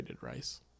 rice